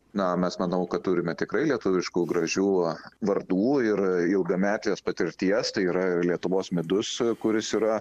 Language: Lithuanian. na mes manau kad turime tikrai lietuviškų gražių vardų ir ilgametės patirties tai yra lietuvos midus kuris yra